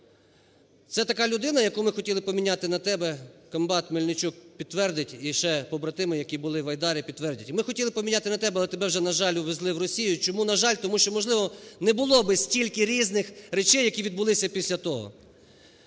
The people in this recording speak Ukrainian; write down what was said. Це така людина, яку ми хотіли поміняти на тебе, комбат Мельничук підтвердить, і ще побратими, які були в "Айдарі" підтвердять. Ми хотіли поміняти на тебе, але тебе вже, на жаль, увезли в Росію. Чому, на жаль? Тому що, можливо, не було би стільки різних речей, які відбулися після того.